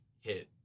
hit